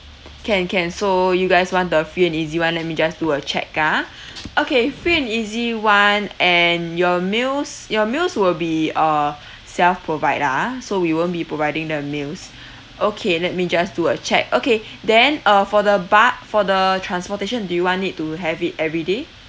can can so you guys want the free and easy [one] let me just do a check ah okay free and easy [one] and your meals your meals will be uh self provide lah ah so we won't be providing the meals okay let me just do a check okay then uh for the bu~ for the transportation do you want it to have it everyday